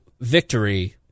victory